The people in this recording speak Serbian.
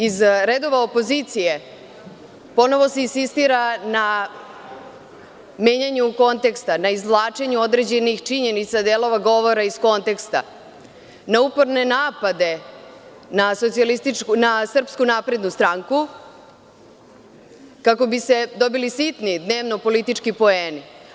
Iz redova opozicije ponovo se insistira na menjanju konteksta, na izvlačenju određenih činjenica, delova govora iz konteksta, na uporne napade na SNS kako bi se dobili sitni dnevno-politički poeni.